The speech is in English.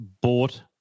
bought